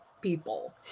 people